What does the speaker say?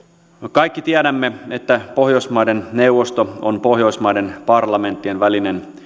kaikki tiedämme että pohjoismaiden neuvosto on pohjoismaiden parlamenttien välinen